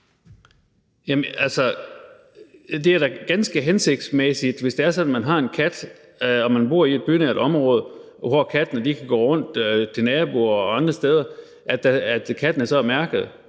det er da ganske hensigtsmæssigt, hvis det er sådan, at man har en kat, og man bor i et bynært område, hvor kattene kan gå rundt til naboer og andre steder, at kattene så er mærkede,